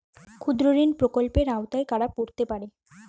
ক্ষুদ্রঋণ প্রকল্পের আওতায় কারা পড়তে পারে?